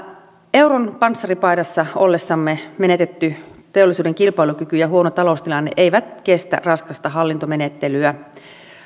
euron panssaripaidassa ollessamme menetetty teollisuuden kilpailukyky ja huono taloustilanne eivät kestä raskasta hallintomenettelyä